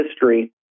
history